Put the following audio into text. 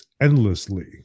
endlessly